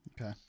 Okay